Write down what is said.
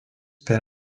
per